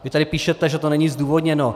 Vy tady píšete, že to není zdůvodněno.